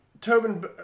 Tobin